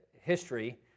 history